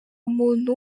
umuntu